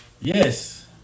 Yes